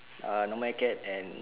ah normal acad and